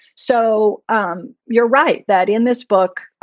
so um you're right that in this book,